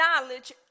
knowledge